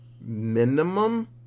minimum